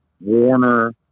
Warner